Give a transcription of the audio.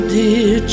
dear